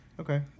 Okay